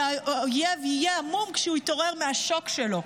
והאויב יהיה המום כשהוא יתעורר מהשוק שלו.